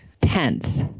tense